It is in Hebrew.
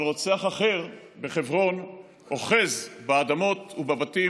אבל רוצח אחר בחברון אוחז באדמות ובבתים